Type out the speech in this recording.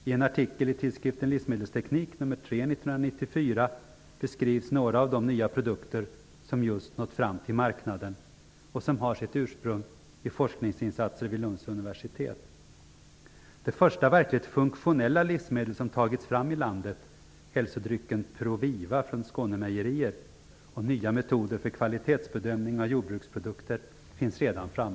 I en artikel i tidskriften Livsmedelsteknik nr 3/1994 beskrivs några av de nya produkter som just nått fram till marknaden och som har sitt ursprung i forskningsinsatser vid Lunds universitet. Det första verkligt ''funktionella'' livsmedel som tagits fram i landet är hälsodrycken ProViva från Skånemejerier, och nya metoder för kvalitetsbedömning av jordbruksprodukter finns redan.